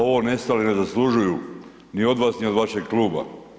Ovo nestali ne zaslužuju, ni od vas, ni od vašeg kluba.